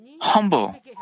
humble